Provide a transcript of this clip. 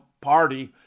party